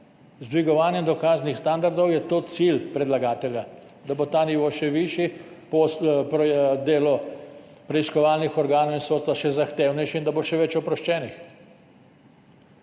Z dvigovanjem dokaznih standardov je to cilj predlagatelja – da bo ta nivo še višji, delo preiskovalnih organov in sodstva še zahtevnejše in da bo še več oproščenih.